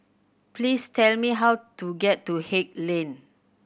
please tell me how to get to Haig Lane